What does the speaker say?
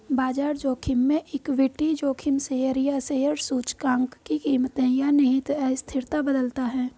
बाजार जोखिम में इक्विटी जोखिम शेयर या शेयर सूचकांक की कीमतें या निहित अस्थिरता बदलता है